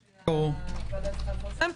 שהוועדה צריכה לפרסם,